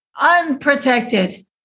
Unprotected